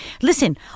Listen